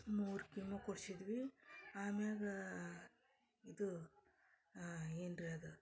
ಮೂರು ಕೀಮೋ ಕೊಡ್ಸಿದ್ವಿ ಆಮ್ಯಾಗ ಇದು ಏನ್ರಿ ಅದು